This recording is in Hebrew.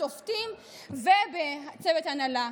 בשופטים ובצוות הנהלה.